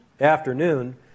afternoon